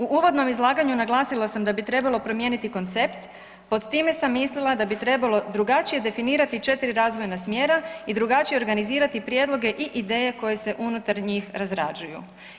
U uvodnom izlaganju naglasila sam da bi trebalo promijeniti koncept, pod time sam mislila da bi trebalo drugačije definirati 4 razvojna smjera i drugačije organizirati prijedloge i ideje koje se unutar njih razrađuju.